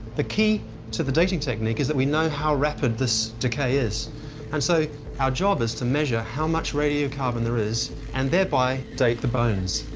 the key to the dating technique is that we know how rapid this decay is and so our job is to measure how much radiocarbon there is and thereby date the bones.